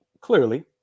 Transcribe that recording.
clearly